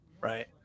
right